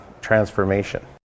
transformation